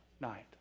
night